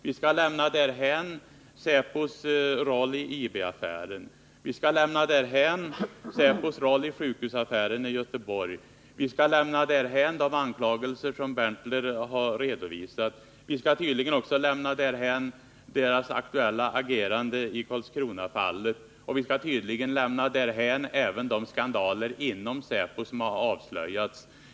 Vi skall lämna därhän säpos roll i IB-affären. Vi skall lämna därhän säpos roll i sjukhusaffären i Göteborg. Vi skall tydligen också lämna därhän säpos aktuella agerande i Karlskronafallet, och vi skall lämna därhän även de skandaler inom säpo som har avslöjats.